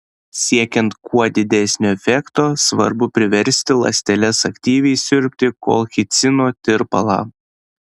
siekiant kuo didesnio efekto svarbu priversti ląsteles aktyviai siurbti kolchicino tirpalą